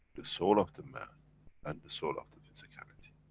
the soul of the man and the soul of the physicality